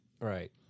Right